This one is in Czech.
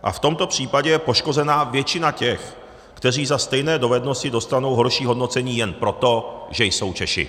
A v tomto případě je poškozena většina těch, kteří za stejné dovednosti dostanou horší hodnocení jen proto, že jsou Češi.